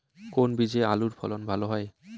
কোন বীজে আলুর ফলন ভালো হয়?